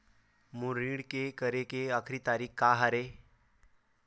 मोर ऋण के करे के आखिरी तारीक का हरे?